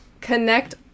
connect